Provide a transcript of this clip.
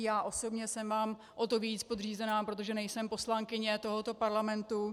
Já osobně jsem vám o to víc podřízená, protože nejsem poslankyně tohoto parlamentu.